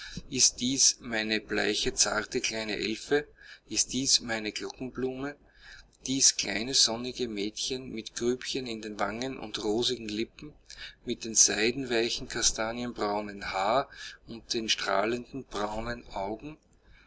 ist dies meine bleiche zarte kleine elfe ist dies meine glockenblume dies kleine sonnige mädchen mit grübchen in den wangen und rosigen lippen mit dem seidenweichen kastanienbraunen haar und den strahlenden braunen